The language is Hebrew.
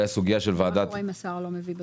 מה קורה אם השר לא מביא בזמן?